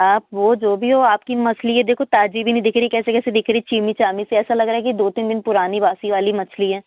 आप हो जो भी हो आपकी मछली है देखो ताज़ा भी नहीं दिख रही है कैसे कैसे दिख रही चिमी चामी से ऐसा लग रहा है कि दो तीन दिन पुरानी बासी वाली मछली है